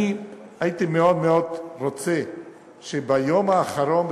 אני הייתי מאוד מאוד רוצה שביום האחרון,